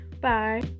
Bye